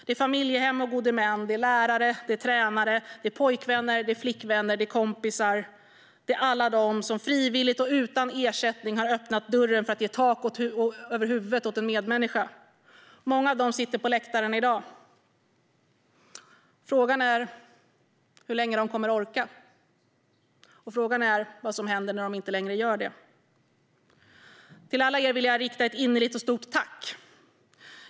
Det är familjehem och gode män, lärare och tränare, pojkvänner, flickvänner och kompisar och alla de som frivilligt och utan ersättning har öppnat dörren för att ge tak över huvudet åt en medmänniska. Många av dem sitter på läktaren i dag. Frågan är hur länge de kommer att orka och vad som händer när de inte längre gör det. Till alla er vill jag rikta ett innerligt och stort tack.